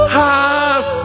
half